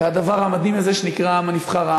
ואת הדבר המדהים הזה שנקרא העם הנבחר,